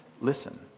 listen